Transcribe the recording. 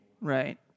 Right